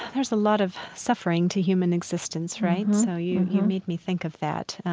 there's a lot of suffering to human existence, right? so you you made me think of that.